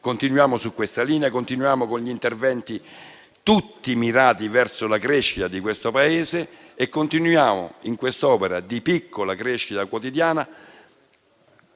Continuiamo su questa linea, con tutti interventi mirati verso la crescita di questo Paese. Continuiamo in quest'opera di piccola crescita quotidiana,